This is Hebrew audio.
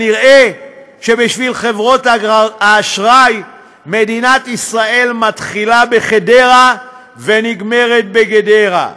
נראה שבשביל חברות האשראי מדינת ישראל מתחילה בחדרה ונגמרת בגדרה.